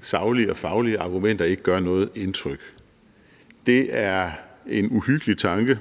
de saglige og faglige argumenter ikke gør noget indtryk, hvordan skal man